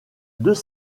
deux